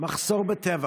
המחסור בטבע.